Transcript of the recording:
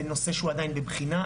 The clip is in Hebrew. זה נושא שהוא עדיין בבחינה,